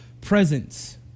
presence